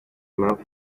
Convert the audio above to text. impamvu